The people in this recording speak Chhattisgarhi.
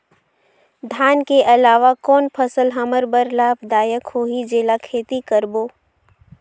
धान के अलावा कौन फसल हमर बर लाभदायक होही जेला खेती करबो?